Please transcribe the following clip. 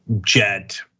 jet